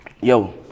yo